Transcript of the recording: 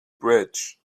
bridge